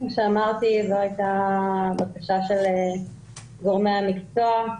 כמו שאמרתי, זו הייתה הבקשה של גורמי המקצוע,